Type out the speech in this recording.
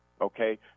Okay